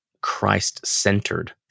Christ-centered